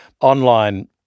online